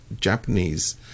Japanese